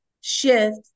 shift